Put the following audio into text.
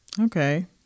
Okay